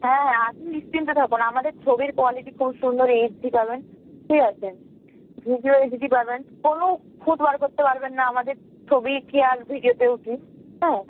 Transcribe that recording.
হ্যাঁ হ্যাঁ আপনি নিশ্চিন্তে থাকুন আমাদের ছবির কোয়ালিটি খুব সুন্দর এইচ ডি পাবেন ঠিক আছে ভিডিও এইচ ডি পাবেন কোনো খুঁত বার করতে পারবেন না আমাদের ছবিই কি আর ভিডিওতেও কি হ্যাঁ